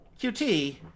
QT